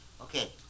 Okay